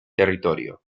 territorio